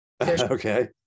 okay